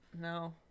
No